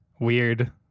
weird